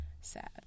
sad